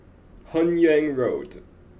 Hun Yeang Road